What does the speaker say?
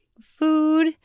food